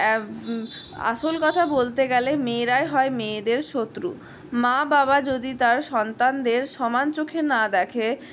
আসল কথা বলতে গেলে মেয়েরাই হয় মেয়েদের শত্রু মা বাবা যদি তার সন্তানদের সমান চোখে না দেখে